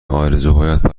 آرزوهایت